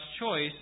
choice